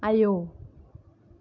आयौ